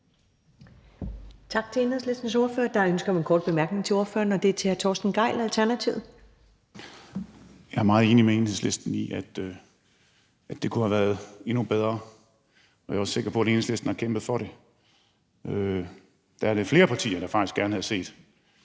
Jeg er meget enig med Enhedslisten i, at det kunne have været endnu bedre, og jeg er også sikker på, at Enhedslisten har kæmpet for det. Der er lidt flere partier, der faktisk gerne havde set,